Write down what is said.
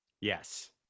Yes